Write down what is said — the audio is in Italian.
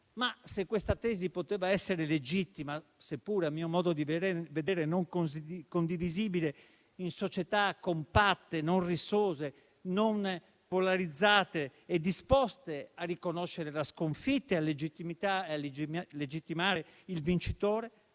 Ma se questa tesi poteva essere legittima - seppure a mio modo di vedere non così condivisibile - in società compatte, non rissose, non polarizzate e disposte a riconoscere la sconfitta e a legittimare il vincitore,